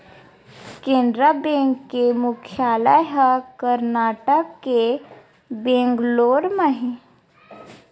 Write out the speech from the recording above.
Canara bank के मुख्यालय ह करनाटक के बेंगलोर म हे